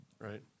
right